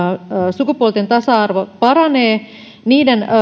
sukupuolten tasa arvo paranee niiden